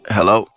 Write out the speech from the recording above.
Hello